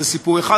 זה סיפור אחד,